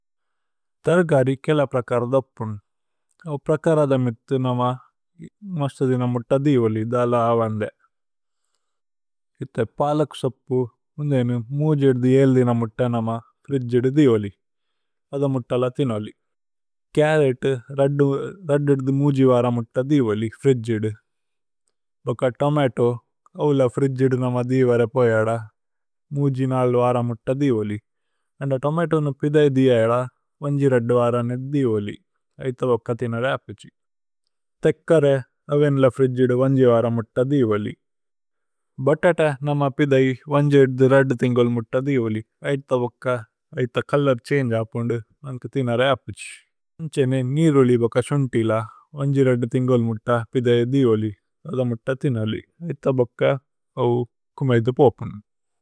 തര്ഗാരി കേല പ്രകരദപ്പുന് അവു പ്രകരദമ്। ഇഥു നമ മസ്തദിന മുത്ത ദിവോലി ധല അവന്ദേ। ഇഥേ പലക്സപ്പു ഉന്ദേനി മൂജിദ്ദി ഏല്ദി നമ। ഫ്രിജിദ്ദി ദിവോലി അധ മുത്തല ഥിനോലി കരതു। രദ്ദിദ്ദി മൂജിവര മുത്ത ദിവോലി ഫ്രിജിദ്ദി വക। തോമതോ അവുല ഫ്രിജിദ്ദി നമ ദിവര പോ ജദ। മൂജി നല്വര മുത്ത ദിവോലി നന്ദ തോമതോനു। പിഥൈ ദി ജദ വന്ജി രദ്ദിവര നേ ദിവോലി ഐഥ। വക ഥിന രേഅപ്പുജി തേക്കരേ അവേന്ല ഫ്രിജിദ്ദി। വന്ജി വര മുത്ത ദിവോലി ബതത നമ പിഥൈ। വന്ജിദ്ദി രദ്ദിദ്ദി മുത്ത ദിവോലി ഐഥ വക ഐഥ। കല്ലര് ഛന്ഗേഅപ്പുന്ദു ഥിന രേഅപ്പുജി നീരുലി വക। സുന്തി ല വന്ജി രദ്ദിദ്ദി മുത്ത പിഥൈ ദിവോലി അധ। മുത്ത ഥിനോലി ഐഥ വക അവു കുമേഇധി പോപുന।